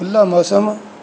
ਖੁੱਲ੍ਹਾ ਮੌਸਮ